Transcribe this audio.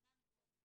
דין".